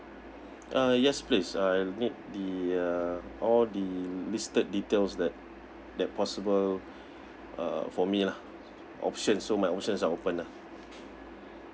ah yes please I'll need the uh all the listed details that that possible uh for me lah options so my options are open lah